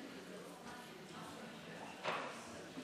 תודה, גברתי